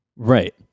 Right